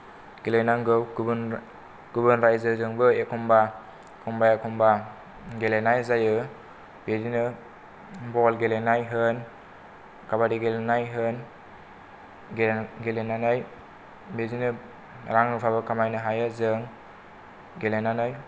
गेलेनांगौ गुबुन गुबुन रायजोजोंबो एखम्बा एखम्बा गेलेनाय जायो बिदिनो बल गेलेनाय होन काबादि गेलेनाय होन गेलेनानै बिदिनो रां रुफाबो कामायनो हायो जों गेलेनानै